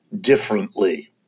differently